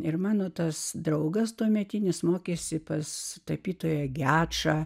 ir mano tas draugas tuometinis mokėsi pas tapytoją gečą